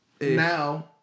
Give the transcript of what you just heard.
Now